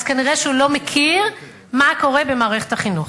כנראה הוא לא מכיר מה קורה במערכת החינוך.